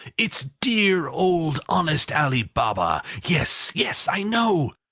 it's dear old honest ali baba! yes, yes, i know!